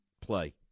play